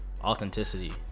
authenticity